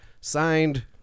signed